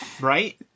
Right